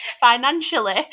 financially